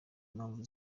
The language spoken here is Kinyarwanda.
impamvu